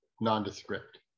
nondescript